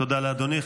תודה לאדוני.